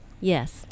Yes